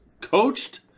coached